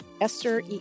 esther